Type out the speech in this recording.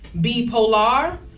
B-polar